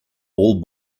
all